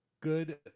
good